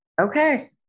Okay